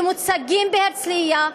שמוצגים בהרצליה,